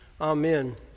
Amen